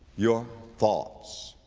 your thoughts,